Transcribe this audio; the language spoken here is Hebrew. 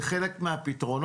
זה חלק מהפתרונות,